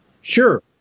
Sure